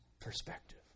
perspective